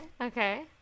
okay